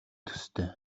төстэй